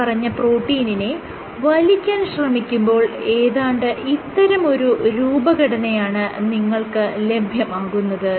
മേല്പറഞ്ഞ പ്രോട്ടീനിനെ വലിക്കാൻ ശ്രമിക്കുമ്പോൾ ഏതാണ്ട് ഇത്തരമൊരു രൂപഘടനയാണ് നിങ്ങൾക്ക് ലഭ്യമാകുന്നത്